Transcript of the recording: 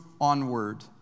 onward